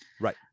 Right